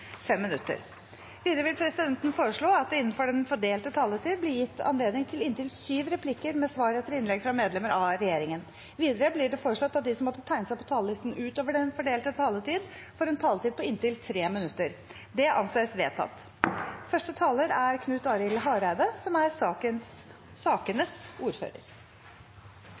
fem replikker med svar etter innlegg fra medlemmer av regjeringen, og at de som måtte tegne seg på talerlisten utover den fordelte taletid, får en taletid på inntil tre minutter. – Det anses vedtatt. Innledningsvis vil jeg som saksordfører starte med å takke komiteen for et godt samarbeid i denne saken om likelønn, som er